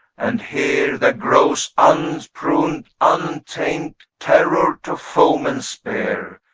and here there grows, unpruned, untamed, terror to foemen's spear,